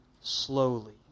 slowly